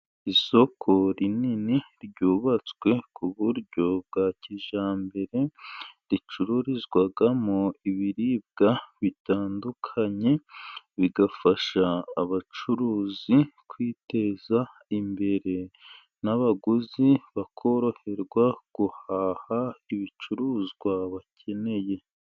Isoko rinini ryubatswe ku buryo bwa kijyambere ricururizwamo ibiribwa bitandukanye, bigafasha abacuruzi kwiteza imbere n'abaguzi bakoroherwa guhaha ibicuruzwa bakeneye.